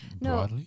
No